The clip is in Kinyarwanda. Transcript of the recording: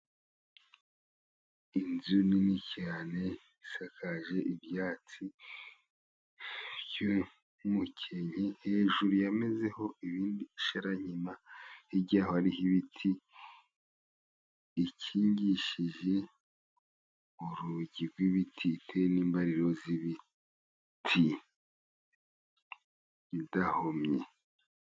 Inzu nini cyane isakaje ibyatsi by'umukenke, hejuru yamezeho ibindi sharakima hirya hariho ibiti, ikingishije urugi rw'ibiti n'imbariro z'ibiti, idahomye.